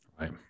Right